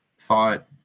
thought